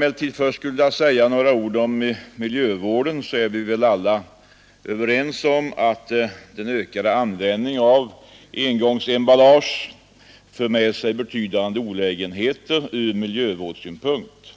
Vad först beträffar miljövården är vi väl alla överens om att den ökade användningen av engångsemballage för med sig betydande olägenheter ur miljövårdssynpunkt.